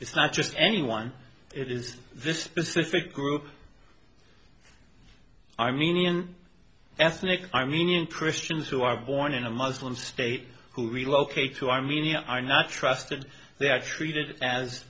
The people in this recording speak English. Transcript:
it's not just anyone it is this specific group i mean ian ethnic armenian preston's who are born in a muslim state who relocate to armenia are not trusted they are treated as